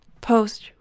Post